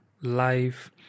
life